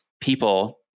people